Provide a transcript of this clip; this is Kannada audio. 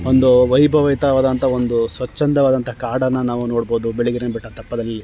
ಒಂದು ವೈಭವಿತವಾದಂಥ ಒಂದು ಸ್ವಚ್ಛಂದವಾದಂಥ ಕಾಡನ್ನು ನಾವು ನೋಡ್ಬೋದು ಬಿಳಿಗಿರಿ ರಂಗನ ಬೆಟ್ಟದ ತಪ್ಪಲಲ್ಲಿ